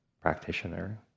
practitioner